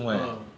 a'ah